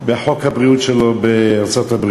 בחוק הבריאות שלו בארצות-הברית.